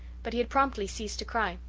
but he had promptly ceased to cry.